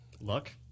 luck